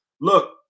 look